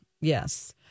Yes